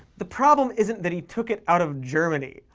the problem isn't that he took it out of germany.